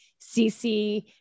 CC